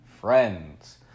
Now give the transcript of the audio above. friends